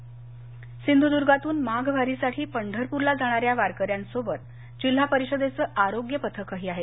सिंधुदुर्ग सिंधूद्र्गातून माघ वारीसाठी पंढरपूरला जाणाऱ्या वारकऱ्यांसोबत जिल्हा परिषदेचं आरोग्य पथकही आहे